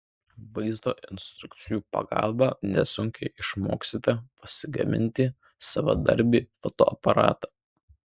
vaizdo instrukcijų pagalba nesunkiai išmoksite pasigaminti savadarbį fotoaparatą